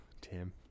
Tim